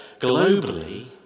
globally